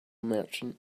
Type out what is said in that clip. merchant